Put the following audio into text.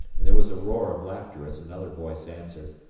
and there was a roar of laughter as another voice answered,